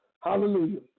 Hallelujah